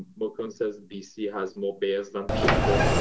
mukunth says bc has more bears than people.